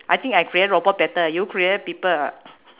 I think I create robot better you create people lah